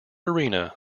arena